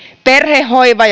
perhehoiva